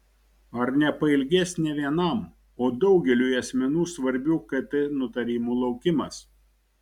ar nepailgės ne vienam o daugeliui asmenų svarbių kt nutarimų laukimas